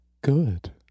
good